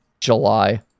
July